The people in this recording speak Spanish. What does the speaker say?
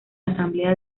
asamblea